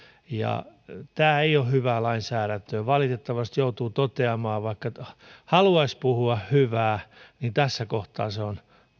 tämä ei ole hyvää lainsäädäntöä valitettavasti joutuu toteamaan vaikka haluaisi puhua hyvää niin tässä kohtaa se on